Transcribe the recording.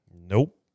Nope